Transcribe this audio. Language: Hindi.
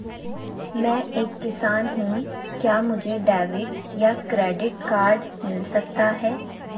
मैं एक किसान हूँ क्या मुझे डेबिट या क्रेडिट कार्ड मिल सकता है?